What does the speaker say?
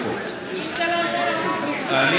אם זה לא הסדרה זה לא מעניין?